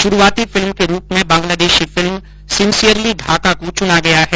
शुरूआती फिल्म के रूप में बांग्लादेशी फिल्म सिंसियरली ढाका को चुना गया है